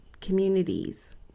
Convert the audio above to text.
communities